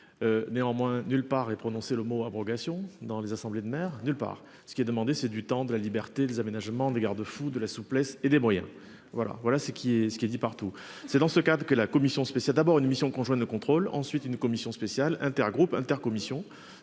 Néanmoins nulle part et prononcer le mot abrogation dans les assemblées de mer nulle part. Ce qui est demandé, c'est du temps de la liberté. Les aménagements des garde-fous de la souplesse et des moyens. Voilà, voilà ce qui est ce qui est dit partout. C'est dans ce cadre que la commission spéciale d'abord une mission conjointe de contrôle ensuite une commission spéciale intergroupe inter-commissions